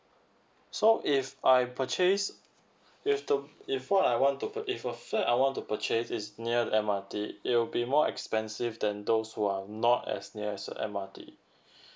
so if I purchase if the if for I want to pur~ if uh I want to purchase is near M_R_T it will be more expensive than those who are not as near as uh M_R_T